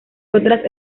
otras